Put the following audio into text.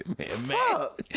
fuck